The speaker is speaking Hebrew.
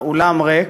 האולם ריק,